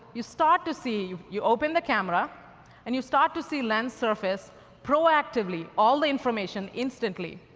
you start to see you open the camera and you start to see lens surface proactively all the information instantly.